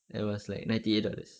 that was like ninety eight dollars